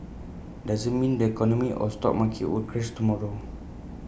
doesn't mean the economy or stock market will crash tomorrow